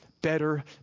better